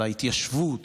להתיישבות,